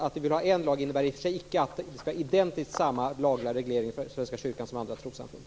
Att vi vill ha en lag innebär i och för sig icke att det skall vara identiskt samma lagreglering för Svenska kyrkan som för andra trossamfund.